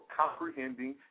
comprehending